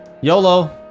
YOLO